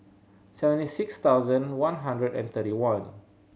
seventy six thousand one hundred and thirty one